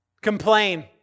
Complain